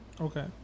okay